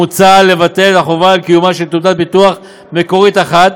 מוצע לבטל את החובה על קיומה של תעודת ביטוח מקורית אחת,